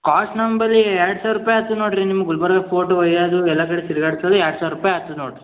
cost ನಮ್ಮ ಬಳಿ ಎರಡು ಸಾವಿರ ರೂಪಾಯಿ ಆತು ನೋಡ್ರಿ ನಿಮ್ಮ ಗುಲ್ಬರ್ಗಾ ಕೋಟೆ ಒಳಗೆ ಅದು ಎಲ್ಲ ಕಡೆ ತಿರ್ಗಾಡ್ಸೋರಲ್ಲಿ ಎರಡು ಸಾವಿರ ರೂಪಾಯಿ ಆಗ್ತದ ನೋಡ್ರಿ